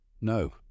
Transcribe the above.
No